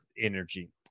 energy